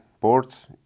ports